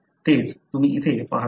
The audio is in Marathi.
तेच तुम्ही इथे पहात आहात